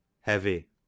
heavy